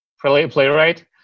playwright